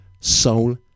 Soul